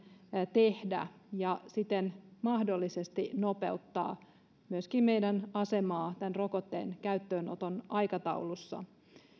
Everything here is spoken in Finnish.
tehdä ja siten mahdollisesti nopeuttaa myöskin meidän asemaamme tämän rokotteen käyttöönoton aikataulussa